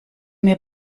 mir